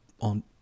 on